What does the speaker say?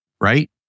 right